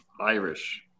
Irish